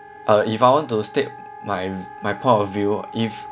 uh if I want to state my my point of view if